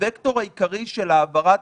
הווקטור העיקרי של העברת